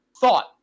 thought